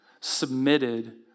submitted